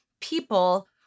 people